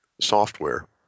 software